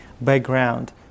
background